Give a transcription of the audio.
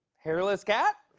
hairless cat?